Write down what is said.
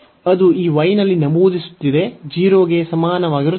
ಅದು ಈ y ನಲ್ಲಿ ನಮೂದಿಸುತ್ತಿದೆ 0 ಗೆ ಸಮಾನವಾಗಿರುತ್ತದೆ